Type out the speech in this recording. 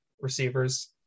receivers